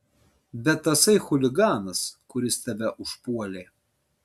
bet tasai chuliganas kuris tave užpuolė